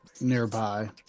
nearby